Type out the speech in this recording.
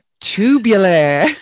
Tubular